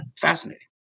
fascinating